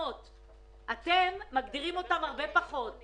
שאתם מגדירים אותם הרבה פחות.